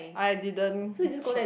I didn't shop